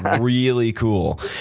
really cool.